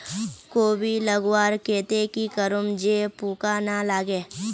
कोबी लगवार केते की करूम जे पूका ना लागे?